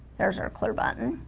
there's our clear button